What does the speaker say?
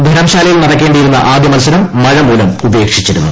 ധരംശാലയിൽ നടക്കേണ്ടിയിരുന്ന ആദ്യ മത്സരം മഴ മൂലം ഉപേക്ഷിച്ചിരുന്നു